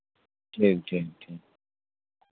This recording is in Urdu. ٹھیک ٹھیک ٹھیک